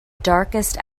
darkest